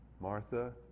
Martha